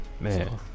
Man